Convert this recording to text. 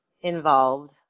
involved